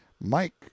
Mike